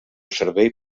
servei